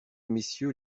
messieurs